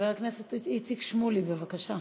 חבר הכנסת איציק שמולי, בבקשה.